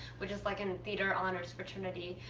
which is like a theatre honors fraternity.